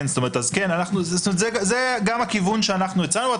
כן, זה גם הכיוון שאנחנו הצענו.